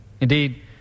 Indeed